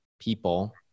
people